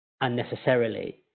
unnecessarily